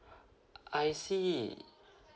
I see